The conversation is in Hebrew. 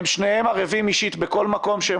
הם שניהם ערבים אישית בכל מקום שהם